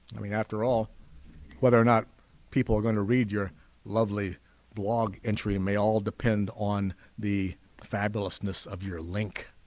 i mean after all whether or not people are going to read your lovely blog entry may all depend on the fabulousness of your link